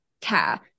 care